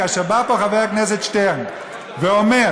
כאשר בא חבר הכנסת שטרן ואומר,